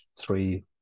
Three